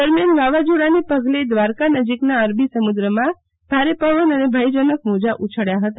દરમ્યાન વાવાઝોડાને પગલે દ્રારકા નજીકના અરબી સમુદ્રમાં ભારે પવન અને ભયજનક મોજા ઉછબ્યા હતા